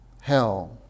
hell